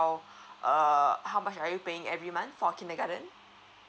how err how much are you paying every month for kindergarten